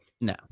no